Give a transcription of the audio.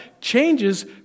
changes